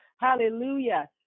Hallelujah